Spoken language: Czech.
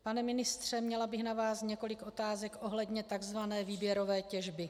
Pane ministře, měla bych na vás několik otázek ohledně takzvané výběrové těžby.